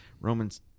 Romans